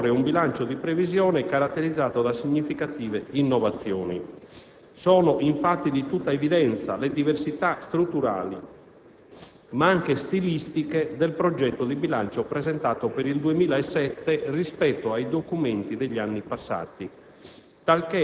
predisporre un bilancio di previsione caratterizzato da significative innovazioni. Sono infatti di tutta evidenza le diversità strutturali ma anche stilistiche del progetto di bilancio presentato per il 2007 rispetto ai documenti degli anni passati,